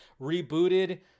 rebooted